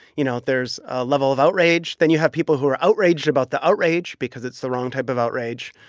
you know, there's a level of outrage. then you have people who are outraged about the outrage because it's the wrong type of outrage.